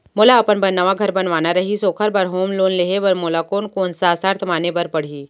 मोला अपन बर नवा घर बनवाना रहिस ओखर बर होम लोन लेहे बर मोला कोन कोन सा शर्त माने बर पड़ही?